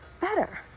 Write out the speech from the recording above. better